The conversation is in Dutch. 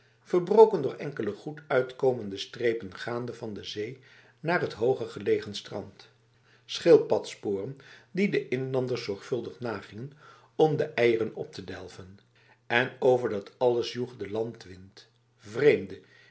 verbroken door enkele goed uitkomende strepen gaande van de zee naar het hogergelegen strand schildpadsporen die de inlanders zorgvuldig nagingen om de eieren op te delven en over dat alles joeg de landwind vreemde